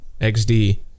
xd